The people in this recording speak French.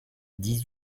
dix